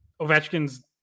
ovechkin's